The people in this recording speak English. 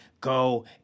go